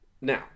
Now